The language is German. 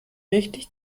richtig